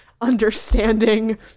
understanding